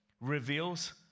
reveals